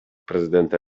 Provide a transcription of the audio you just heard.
prezydenta